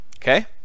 Okay